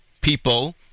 people